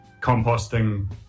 composting